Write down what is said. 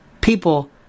people